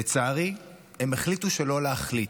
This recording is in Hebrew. לצערי, הם החליטו שלא להחליט.